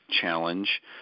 challenge